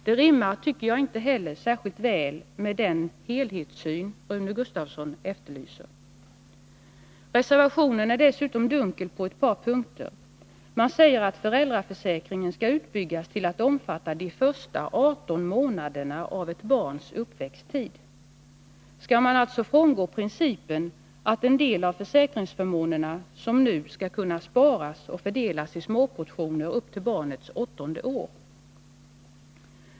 Det rimmar inte heller särskilt väl med den helhetssyn som Rune Gustavsson efterlyser. Reservationen är dessutom dunkel på ett par punkter. Man säger att tiska åtgärder föräldraförsäkringen skall byggas ut till att omfatta de första 18 månaderna av ett barns uppväxttid. Skall man alltså frångå den princip som vi nu har, att en del av försäkringsförmånerna skall kunna sparas och fördelas i småportioner upp till barnets åttonde år?